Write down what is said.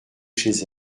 chez